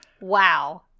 wow